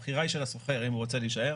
הבחירה היא של השוכר אם הוא רוצה להישאר,